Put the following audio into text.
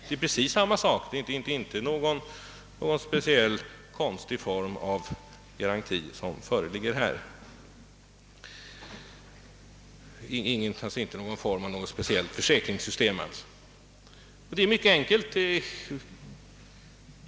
Det är precis samma sak, och här föreligger alltså inte något slags speciellt försäkringssystem. Det hela är mycket enkelt.